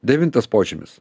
devintas požymis